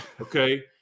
Okay